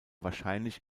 wahrscheinlich